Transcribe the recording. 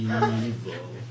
evil